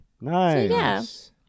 Nice